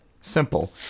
Simple